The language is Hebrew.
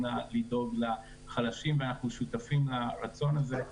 לדאוג לחלשים ואנחנו שותפים לרצון הזה,